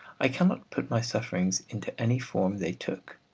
i cannot put my sufferings into any form they took,